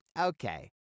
okay